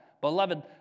beloved